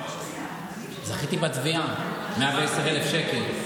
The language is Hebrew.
זכיתי בתביעה, 110,000 שקל.